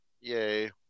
Yay